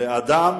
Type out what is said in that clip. לאדם